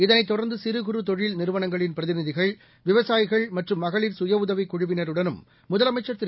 இதனைத் தொடர்ந்துசிறு குறு தொழில் நிறுவனங்களின் பிரதிநிதிகள் விவசாயிகள் மற்றும் மகளிர் சுய உதவிகுழுவினருடனும் முதலமைச்சர் திரு